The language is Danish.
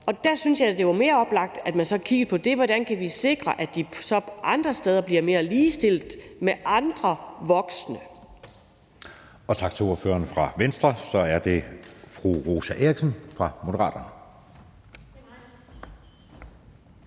Der synes jeg, at det var mere oplagt, at man så kiggede på, hvordan man kunne sikre, at de unge de andre steder bliver mere ligestillet med andre voksne.